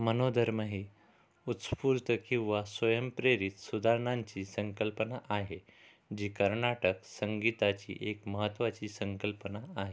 मनोधर्म ही उत्स्फूर्त किंवा स्वयंप्रेरित सुधारणांची संकल्पना आहे जी कर्नाटक संगीताची एक महत्त्वाची संकल्पना आहे